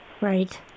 Right